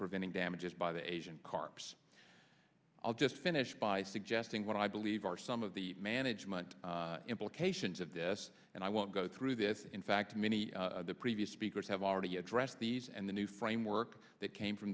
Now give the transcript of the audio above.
preventing damages by the asian carp so i'll just finish by suggesting what i believe are some of the management implications of this and i won't go through this in fact many of the previous speakers have already addressed these and the new framework that came from